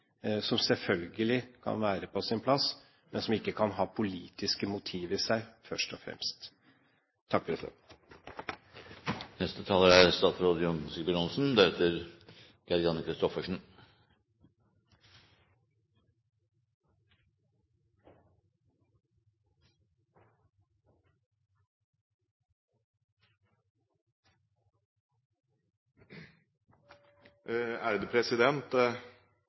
som selvfølgelig kan være på sin plass, men som ikke kan ha politiske motiv i seg først og fremst. Vi diskuterer finansmarknadsmeldinga for 2010 i en ytre ramme av uro. Det er